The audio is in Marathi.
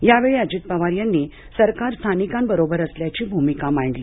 यावेळी अजित पवार यांनी सरकार स्थानिकांबरोबर असल्याची भूमिका मांडली